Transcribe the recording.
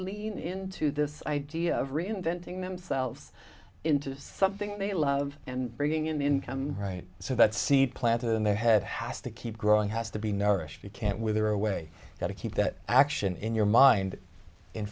lean into this idea of reinventing themselves into something they love and bringing in the income right so that seed planted in their head has to keep growing has to be nourished you can't wither away got to keep that action in your mind in